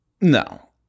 No